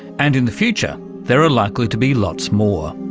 and in the future there are likely to be lots more.